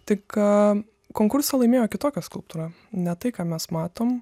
tik a konkursą laimėjo kitokia skulptūra ne tai ką mes matom